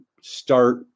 start